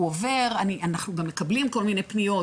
אנחנו גם מקבלים כל מיני פניות,